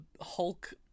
Hulk